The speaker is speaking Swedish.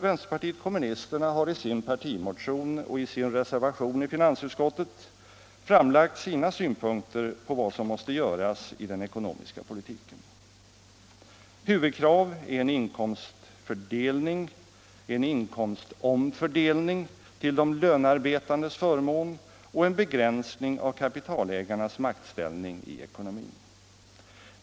Vänsterpartiet kommunisterna har i sin partimotion och i sin reservation i finansutskottet framlagt sina synpunkter på vad som måste göras i den ekonomiska politiken. Huvudkrav är en inkomstomfördelning till de lönarbetandes förmån och en begränsning av kapitalägarnas maktställning i ekonomin.